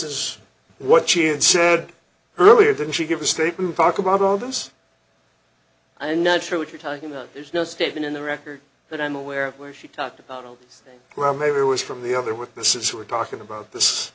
is what she had said earlier than she gives a statement talk about all this i'm not sure what you're talking about there's no statement in the record that i'm aware of where she talked about oh well maybe it was from the other witnesses who were talking about this